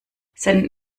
seinen